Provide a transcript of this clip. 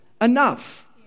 enough